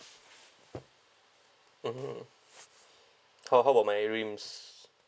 mmhmm how how about my rims